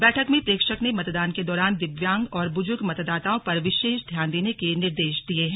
बैठक में प्रेक्षक ने मतदान के दौरान दिव्यांग और ब्जूर्ग मतदाताओं पर विशेष ध्यान देने के निर्देश दिए हैं